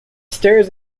stairs